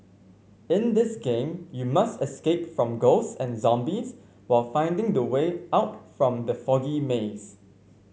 in this game you must escape from ghosts and zombies while finding the way out from the foggy maze